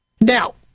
Now